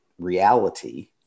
reality